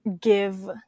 give